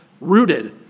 rooted